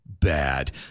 bad